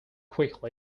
quickly